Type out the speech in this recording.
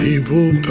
People